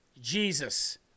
Jesus